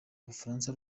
bufaransa